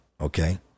okay